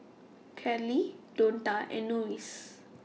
Carlyle Donta and Lois